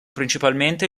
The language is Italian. principalmente